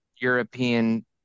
European